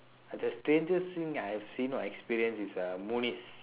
the strangest thing I have seen or experienced is ah munice